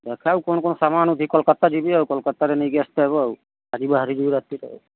ଦେଖେ ଆଉ କ'ଣ କ'ଣ ସାମାନ୍ ଅଛି କୋଲକାତା ଯିବି ଆଉ କୋଲକାତାରେ ନେଇକି ଆସ୍ତେ ହେବ ଆଜି ବାହାରି ଯିବୁ ରାତିରେ ଆଉ